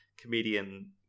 comedian